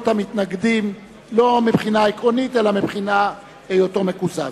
המתנגדים לא מבחינה עקרונית אלא מבחינת היותו מקוזז.